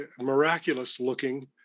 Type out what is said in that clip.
miraculous-looking